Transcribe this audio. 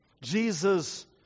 Jesus